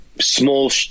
small